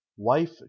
WIFE